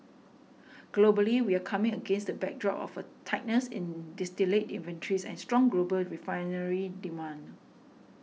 globally we're coming against the backdrop of a tightness in distillate inventories and strong global refinery demand